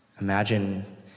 Imagine